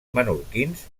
menorquins